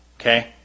Okay